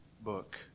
book